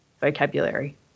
vocabulary